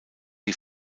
die